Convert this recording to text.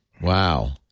Wow